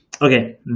Okay